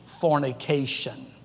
fornication